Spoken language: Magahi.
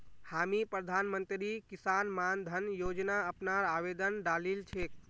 हामी प्रधानमंत्री किसान मान धन योजना अपनार आवेदन डालील छेक